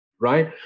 Right